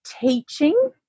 teaching